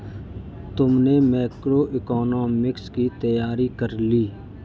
तुमने मैक्रोइकॉनॉमिक्स की तैयारी कर ली?